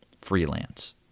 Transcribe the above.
freelance